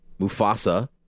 Mufasa